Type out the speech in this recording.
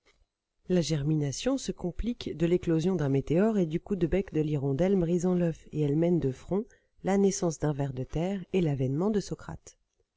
la germination se complique de l'éclosion d'un météore et du coup de bec de l'hirondelle brisant l'oeuf et elle mène de front la naissance d'un ver de terre et l'avènement de socrate